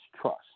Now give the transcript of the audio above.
trust